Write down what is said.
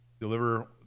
deliver